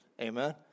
Amen